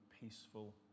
peaceful